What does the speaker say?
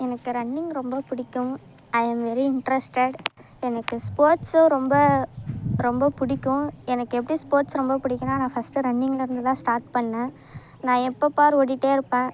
எனக்கு ரன்னிங் ரொம்ப பிடிக்கும் அதே மாதிரி இன்ட்ரெஸ்ட்டட் எனக்கு ஸ்போர்ட்ஸும் ரொம்ப ரொம்ப பிடிக்கும் எனக்கு எப்படி ஸ்போர்ட்ஸ் ரொம்ப பிடிக்குன்னா நான் ஃபஸ்ட்டு ரன்னிங்கிலேருந்து தான் ஸ்டார்ட் பண்ணிணேன் நான் எப்போ பார் ஓடிகிட்டே இருப்பேன்